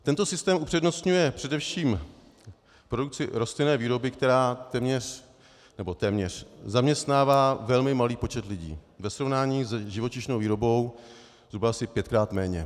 Tento systém upřednostňuje především produkci rostlinné výroby, která téměř, nebo téměř zaměstnává velmi malý počet lidí, ve srovnání s živočišnou výrobou zhruba asi pětkrát méně.